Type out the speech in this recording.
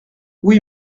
oui